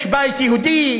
יש בית יהודי,